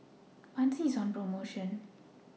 Pansy IS on promotion